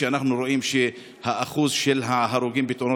ואנחנו רואים שהאחוז של ההרוגים בתאונות